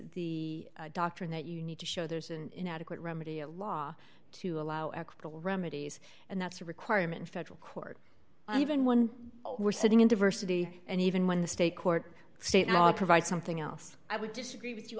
the doctrine that you need to show there's an inadequate remedy a law to allow equitable remedies and that's a requirement federal court even when we're sitting in diversity and even when the state court state now provides something else i would disagree with you